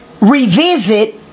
Revisit